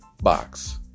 Box